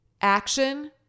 action